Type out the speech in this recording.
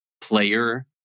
player